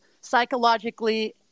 psychologically